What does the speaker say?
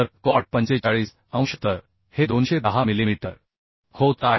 तर कॉट 45 अंश तर हे 210 मिलीमीटर होत आहे